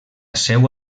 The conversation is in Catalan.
seu